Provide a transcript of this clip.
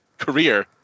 career